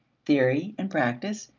theory and practice,